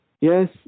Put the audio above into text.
yes